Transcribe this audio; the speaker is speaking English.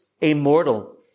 immortal